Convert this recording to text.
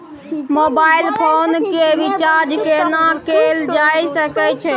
Mobile phone के recharge केना कैल जा सकै छै?